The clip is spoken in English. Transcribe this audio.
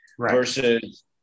versus